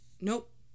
Nope